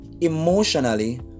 emotionally